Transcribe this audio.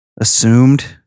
assumed